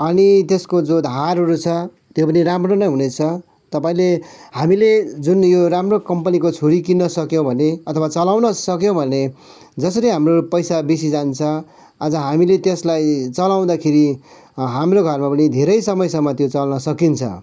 अनि त्यसको जो धारहरू छ त्यो पनि राम्रो नै हुनेछ तपाईँले हामीले जुन यो राम्रो कम्पनीको छुरी किन्न सक्यौँ भने अथवा चलाउन सक्यौँ भने जसरी हाम्रो पैसा बेसी जान्छ आज हामीले त्यसलाई चलाउँदाखेरि हाम्रो घरमा पनि धेरै समयसम्म त्यो चल्न सकिन्छ